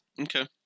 Okay